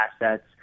assets